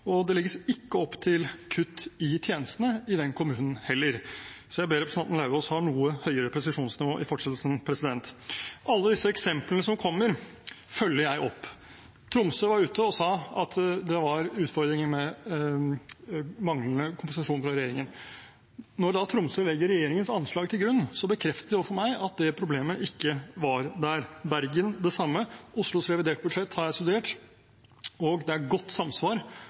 det legges ikke opp til kutt i tjenestene i den kommunen heller. Så jeg ber representanten Lauvås ha noe høyere presisjonsnivå i fortsettelsen. Alle disse eksemplene som kommer, følger jeg opp. Tromsø var ute og sa at det var utfordringer med manglende kompensasjon fra regjeringen. Når da Tromsø legger regjeringens anslag til grunn, bekrefter de overfor meg at det problemet ikke var der – Bergen det samme. Oslos reviderte budsjett har jeg studert, og det er godt samsvar